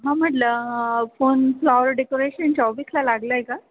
हां म्हटलं phone flower डेकोरेशनच्या ऑफिसला लागला आहे का